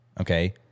Okay